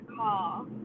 call